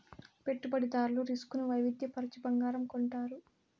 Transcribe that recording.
పెట్టుబడిదారులు రిస్క్ ను వైవిధ్య పరచి బంగారం కొంటారు